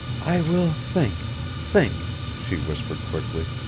i will think think she whispered quickly.